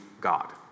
God